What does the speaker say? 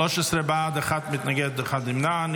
13 בעד, אחד מתנגד, אחד נמנע.